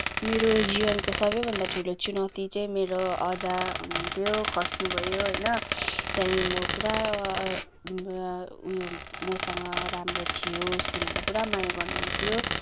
मेरो जीवनको सबैभन्दा ठुलो चुनौती चाहिँ मेरो अजा हुनुहुन्थ्यो खस्नुभयो होइन त्यहाँदेखि म पुरा उयो मसँग राम्रो थियो उसले मलाई पुरा माया गर्नुहुन्थ्यो